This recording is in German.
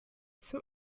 zum